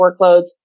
workloads